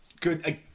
good